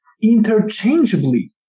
interchangeably